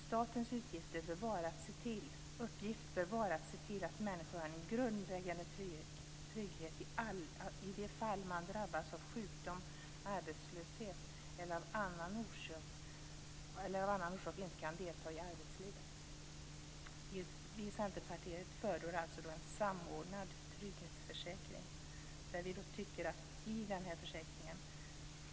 Statens uppgift bör vara att se till att människor har en grundläggande trygghet i de fall man drabbas av sjukdom eller arbetslöshet eller av annan orsak inte kan delta i arbetslivet. Vi i Centerpartiet föreslår alltså en samordnad trygghetsförsäkring.